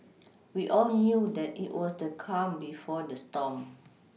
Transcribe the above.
we all knew that it was the calm before the storm